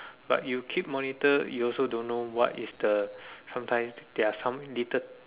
but you keep monitor you also don't know what is the sometimes their some dated